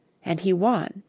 and he won.